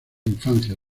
infancia